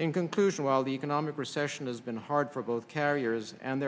in conclusion while the economic recession has been hard for both carriers and